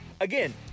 Again